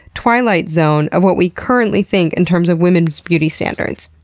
twilight zone of what we currently think in terms of women's beauty standards.